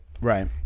Right